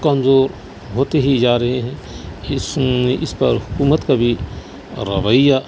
کمزور ہوتی ہی جا رہی ہے اس اس میں اس پر حکومت کا بھی رویہ